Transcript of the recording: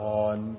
on